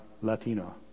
Latino